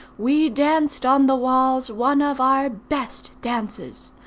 we danced on the walls one of our best dances.